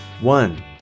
one